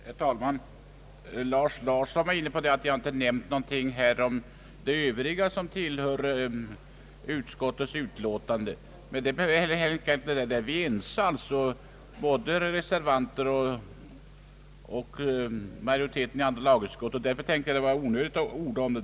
Herr talman! Herr Lars Larsson nämnde att jag inte sagt någonting om de övriga frågor som behandlas i ut skottets utiåtande, men det har jag inte ansett mig behöva eftersom vi har varit ense inom andra lagutskottet i de frågorna.